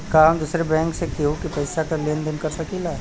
का हम दूसरे बैंक से केहू के पैसा क लेन देन कर सकिला?